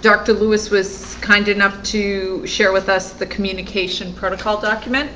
dr. lewis was kind enough to share with us the communication protocol document